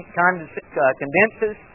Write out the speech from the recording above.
condenses